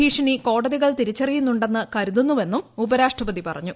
ഭീഷണി കോടതികൾ തിരിച്ചറിയുന്നുണ്ടെന്ന് കരുതുന്നുവെന്നും ഉപരാഷ്ട്രപതി പറഞ്ഞു